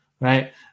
Right